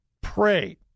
Pray